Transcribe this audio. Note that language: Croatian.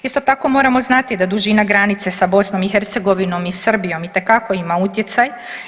Isto tako moramo znati da dužina granice sa BiH i Srbijom itekako ima utjecaj.